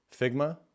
Figma